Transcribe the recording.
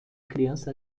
criança